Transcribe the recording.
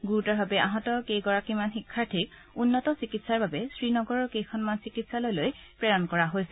গুৰুতৰভাৱে আহত কেইগৰাকীমান শিক্ষাৰ্থীক উন্নত চিকিৎসাৰ বাবে শ্ৰীনগৰৰ কেইখনমান চিকিৎসালয়লৈ প্ৰেৰণ কৰা হৈছে